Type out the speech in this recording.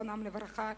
זיכרונם לברכה,